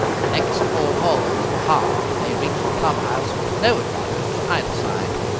the next four holes were halved and they reached the club-house with no advantage to either side.